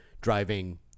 driving